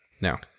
now